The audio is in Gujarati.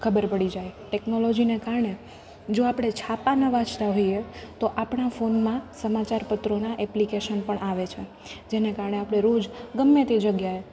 ખબર પડી જાય ટેકનોલોજીને કારણે જો આપણે છાપા ન વાંચતા હોઈએ તો આપણા ફોનમાં સમાચાર પત્રોનાં એપ્લિકેશન પણ આવે છે જેને કારણે આપણે રોજ ગમે તે જગ્યાએ